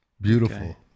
Beautiful